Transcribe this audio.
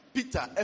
Peter